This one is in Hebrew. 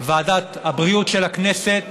ועדת הבריאות של הכנסת,